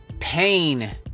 pain